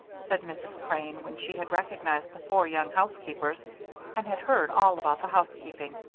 said mrs. crane, when she had recognized the four young housekeepers and had heard all about the housekeeping.